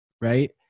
right